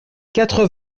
quatre